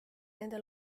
nende